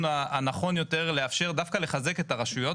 הנכון יותר לאפשר דווקא לחזק את הרשויות.